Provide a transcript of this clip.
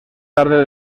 tarde